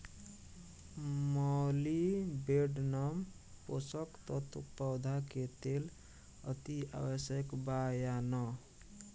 Molybdenum पोषक तत्व पौधा के लेल अतिआवश्यक बा या न?